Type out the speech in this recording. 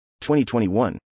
2021